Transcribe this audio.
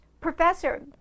professor